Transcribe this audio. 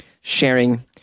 sharing